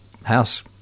House